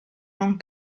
non